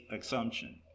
assumption